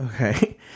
okay